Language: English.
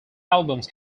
albums